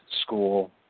school